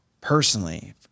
personally